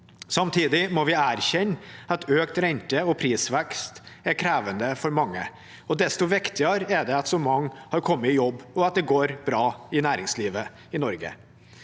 Samtidig må vi erkjenne at økt rente og prisvekst er krevende for mange. Desto viktigere er det at så mange har kommet i jobb, og at det går bra i næringslivet i Norge.